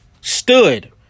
stood